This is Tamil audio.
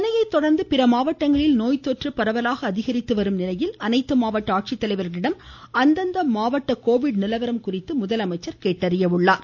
சென்னையை தொடர்ந்து பிற மாவட்டங்களில் நோய் தொற்று பரவலாக அதிகரித்து வரும் நிலையில் அனைத்து மாவட்ட ஆட்சித்தலைவர்களிடம் அந்தந்த மாவட்ட கோவிட் நிலவரம் குறித்து முதலமைச்சர் கேட்டறிகிறார்